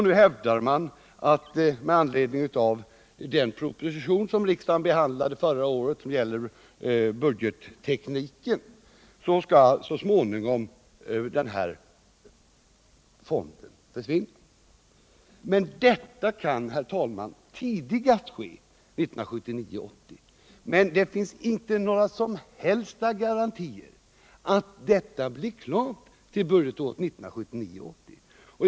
Nu hävdar man att fonden med anledning av den proposition som riksdagen behandlade förra året och som gäller budgettekniken så småningom skall försvinna. Detta kan, herr talman, ske tidigast 1979 80.